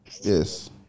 Yes